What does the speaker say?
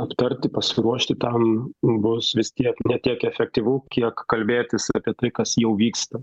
aptarti pasiruošti tam bus vis tiek ne tiek efektyvu kiek kalbėtis apie tai kas jau vyksta